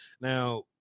Now